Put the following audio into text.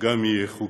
גם יהיה חוקי.